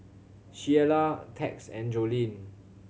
Shiela Tex and Joleen